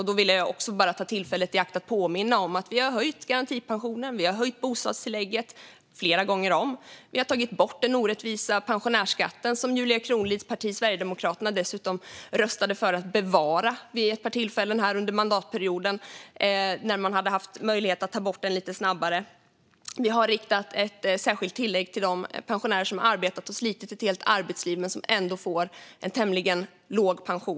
Då vill jag bara ta tillfället i akt och påminna om att vi har höjt garantipensionen, höjt bostadstillägget flera gånger om, tagit bort den orättvisa pensionärsskatten, som Julia Kronlids parti Sverigedemokraterna dessutom röstade för att bevara vid ett par tillfällen under mandatperioden när man hade möjlighet att ta bort den lite snabbare, och riktat ett särskilt tillägg till de pensionärer som har arbetat och slitit ett helt arbetsliv men som ändå får en tämligen låg pension.